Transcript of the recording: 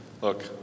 Look